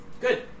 Good